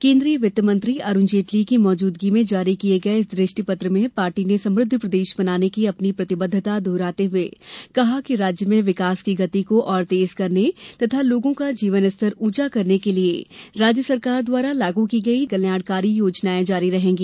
केन्द्रीय वित्त मंत्री अरुण जेटली की मौजूदगी में जारी किये गये इस दृष्टिपत्र में पार्टी ने समुद्ध प्रदेश बनाने की अपनी प्रतिबद्धता दोहराते हुए कहा कि राज्य में विकास की गति को और तेज करने तथा लोगों का जीवनस्तर ऊॅचा करने के लिए राज्य सरकार द्वारा लागू की गई कल्याणकारी योजनायें जारी रहेंगी